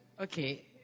okay